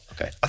Okay